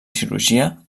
cirurgia